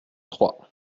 trois